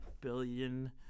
billion